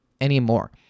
anymore